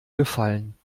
gefallen